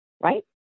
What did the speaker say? Right